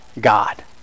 God